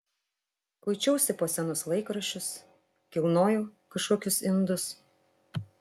kuičiausi po senus laikraščius kilnojau kažkokius indus